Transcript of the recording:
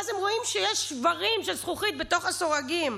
ואז הם רואים שיש שברים של זכוכית בתוך הסורגים.